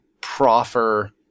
proffer